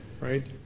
Right